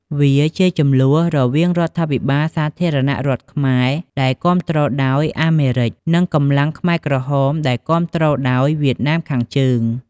វាជាជម្លោះរវាងរដ្ឋាភិបាលសាធារណរដ្ឋខ្មែរដែលគាំទ្រដោយអាមេរិក និងកម្លាំងខ្មែរក្រហមដែលគាំទ្រដោយវៀតណាមខាងជើង។